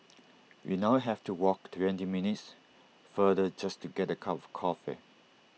we now have to walk twenty minutes farther just to get A cup of coffee